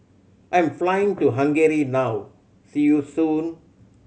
I am flying to Hungary now see you soon